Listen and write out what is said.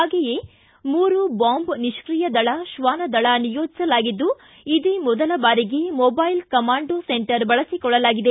ಪಾಗೆಯೇ ಮೂರು ಬಾಂಬ್ ನಿಷ್ಕಿಯದಳ ಶ್ವಾನ ದಳ ನಿಯೋಜಿಸಲಾಗಿದ್ದು ಇದೇ ಮೊದಲ ಬಾರಿಗೆ ಮೊಬೈಲ್ ಕಮಾಂಡೋ ಸೆಂಟರ್ ಬಳಸಿಕೊಳ್ಳಲಾಗಿದೆ